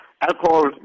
alcohol